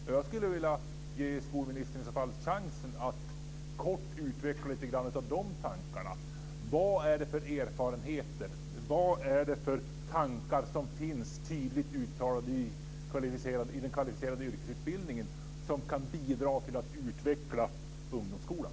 Jag kulle vilja ge skolministern chansen att kort utveckla några av de tankarna. Vad är det för erfarenheter? Vad är det för tankar som finns tydligt uttalade i den kvalificerade yrkesutbildningen som kan bidra till att utveckla ungdomsskolan?